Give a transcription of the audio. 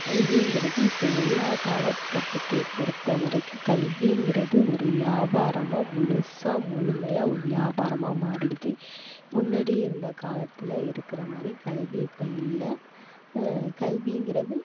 கல்விங்கிறது இப்போ எல்லா காலக்கட்டத்தையும் பொறுத்த வரைக்கும் கல்விங்கிறது ஒரு வியாபாரமாக முழுசாக முழுமையாக ஒரு வியாபாரமாக மாறிடுச்சு முன்னாடி இருந்த காலத்தில் இருக்கிற மாதிரி கல்வி இப்போ இல்லை கல்விங்கிறது